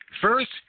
first